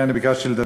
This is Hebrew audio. אדוני היושב-ראש,